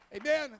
Amen